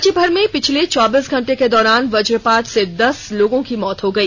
राज्यभर में पिछले चौबीस घंटे के दौरान वजपात से दस लोगों की मौत हो गई